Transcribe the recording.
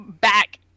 back